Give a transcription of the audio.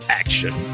action